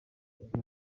iti